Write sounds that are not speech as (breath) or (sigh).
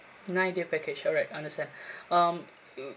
nine day package alright understand (breath) um mm